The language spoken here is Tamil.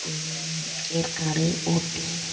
ஏற்காடு ஊட்டி